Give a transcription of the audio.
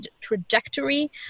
trajectory